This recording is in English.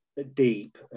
deep